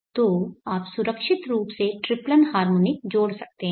तो आप सुरक्षित रूप से ट्रिप्लन हार्मोनिक जोड़ सकते हैं